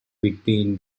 between